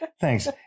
Thanks